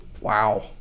Wow